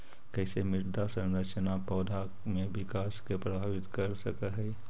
कईसे मृदा संरचना पौधा में विकास के प्रभावित कर सक हई?